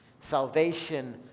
Salvation